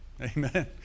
Amen